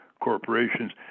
corporations